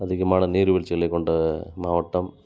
அதிகமான நீர்வீழ்ச்சிகளை கொண்ட மாவட்டம்